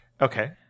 Okay